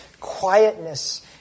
Quietness